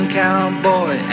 cowboy